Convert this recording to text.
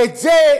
ואת זה,